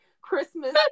Christmas